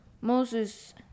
Moses